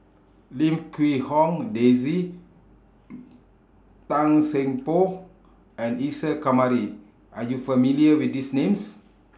Lim Quee Hong Daisy Tan Seng Poh and Isa Kamari Are YOU familiar with These Names